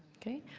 okay.